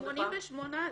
סליחה.